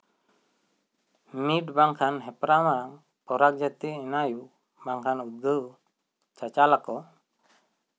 ᱢᱤᱫ ᱵᱟᱝᱠᱷᱟᱱ ᱦᱮᱯᱨᱟᱣ ᱦᱚᱸ ᱯᱚᱨᱟᱜᱽ ᱡᱟᱛᱤᱭ ᱥᱱᱟᱭᱩ ᱵᱟᱝᱠᱷᱟᱱ ᱫᱚ ᱩᱫᱜᱟᱹᱣ ᱪᱟᱪᱟᱞᱟᱠᱚ